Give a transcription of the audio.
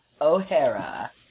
O'Hara